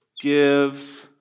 gives